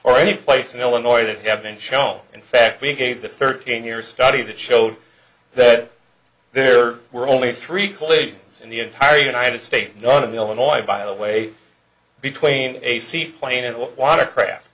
or any place in illinois that have been shown in fact we gave the thirteen year study that showed that there were only three clips in the entire united states none of the illinois by the way between a seaplane and watercraft